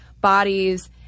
bodies